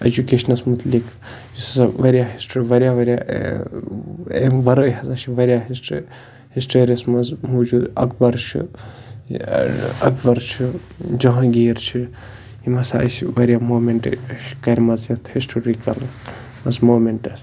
اٮ۪جُکیشنَس مُتعلِق یُس ہسا واریاہ ہِسٹِرٛی واریاہ واریاہ اَمہِ وَرٲے ہَسا چھِ واریاہ ہِسٹِرٛی ہِسٹٔریَس منٛز موٗجوٗد اَکبر چھُ یہِ اَکبر چھُ جہانگیٖر چھِ ییٚمہِ ہَسا اَسہِ واریاہ مومٮ۪نٛٹہٕ کَرِمَژٕ یَتھ ہِسٹورِکَل منٛز مومٮ۪نٛٹٕس